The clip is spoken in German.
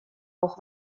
auch